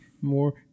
more